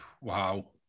wow